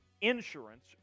Insurance